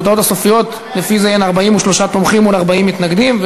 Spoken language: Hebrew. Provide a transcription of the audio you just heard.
התוצאות הסופיות הן 43 תומכים מול 40 מתנגדים,